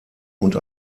und